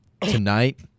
tonight